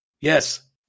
Yes